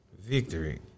Victory